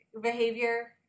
behavior